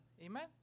Amen